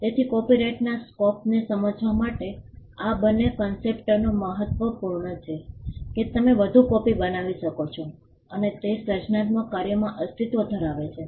તેથી કોપિરાઇટના સ્કોપને સમજવા માટે આ બંને ક્ન્સેપટો મહત્વપૂર્ણ છે કે તમે વધુ કોપિ બનાવી શકો છો અને તે સર્જનાત્મક કાર્યોમાં અસ્તિત્વ ધરાવે છે